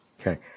Okay